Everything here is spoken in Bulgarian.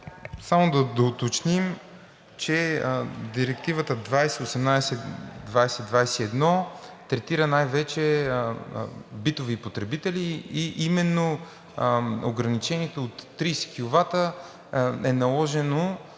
само да уточним, че Директивата 2018/2021 третира най-вече битови потребители и именно ограничението от 30 киловата е наложено